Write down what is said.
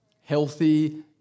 Healthy